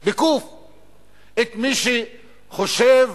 את מי שחושב,